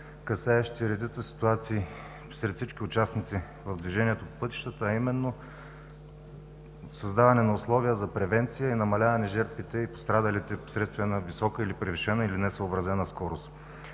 касаещи редица ситуации сред всички участници в движението по пътищата, а именно създаване на условия за превенция и намаляване на жертвите и пострадалите вследствие на висока, превишена и несъобразена скорост.